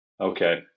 Okay